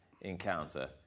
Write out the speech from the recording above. encounter